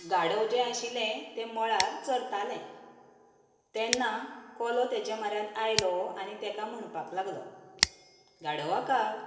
गाडव जें आशिल्लें तें मळार चरतालें तेन्ना कोलो तेज्या म्हऱ्यांत आयलो आनी तेका म्हणपाक लागलो गाडव आका